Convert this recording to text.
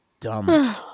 dumb